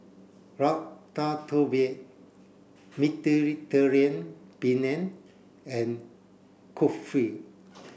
Ratatouille Mediterranean Penne and Kulfi